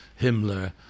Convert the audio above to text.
Himmler